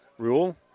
Rule